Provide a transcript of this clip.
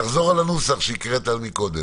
תחזור על הנוסח שהקראת קודם.